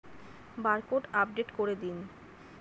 Barcode update করে দিন?